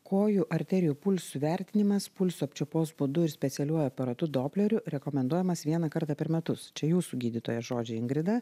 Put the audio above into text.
kojų arterijų pulsų vertinimas pulso apčiuopos būdu ir specialiuoju aparatu dopleriu rekomenduojamas vieną kartą per metus čia jūsų gydytoja žodžiai ingrida